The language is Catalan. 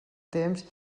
temps